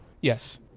Yes